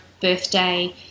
birthday